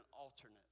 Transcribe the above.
alternate